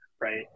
right